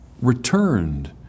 returned